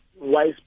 wise